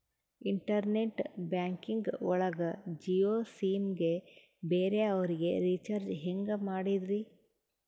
Internet banking ಒಳಗ Jio SIM ಗೆ ಬೇರೆ ಅವರಿಗೆ ರೀಚಾರ್ಜ್ ಹೆಂಗ್ ಮಾಡಿದ್ರಿ?